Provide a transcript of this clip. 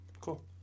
Cool